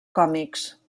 còmics